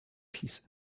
peace